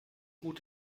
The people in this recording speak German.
gut